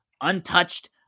untouched